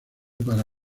para